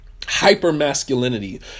hypermasculinity